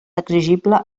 exigible